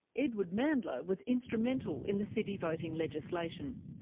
edward mandla was instrumental in the city voting legislation.